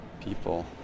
people